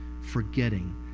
forgetting